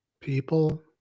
people